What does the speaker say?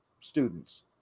students